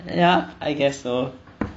ya I guess so